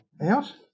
out